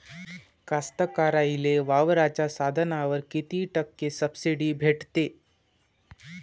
कास्तकाराइले वावराच्या साधनावर कीती टक्के सब्सिडी भेटते?